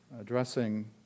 addressing